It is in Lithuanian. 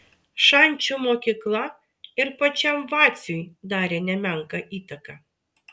šančių mokykla ir pačiam vaciui darė nemenką įtaką